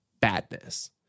badness